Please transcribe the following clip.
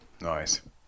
Nice